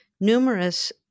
numerous